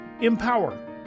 empower